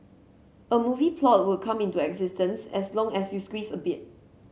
a movie plot will come into existence as long as you squeeze a bit